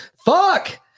Fuck